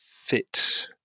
fit